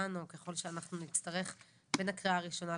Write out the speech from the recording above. או ככל שאנחנו נצטרך בין הקריאה הראשונה,